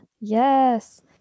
Yes